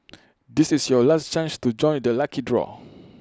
this is your last chance to join the lucky draw